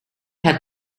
had